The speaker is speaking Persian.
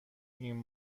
این